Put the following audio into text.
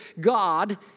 God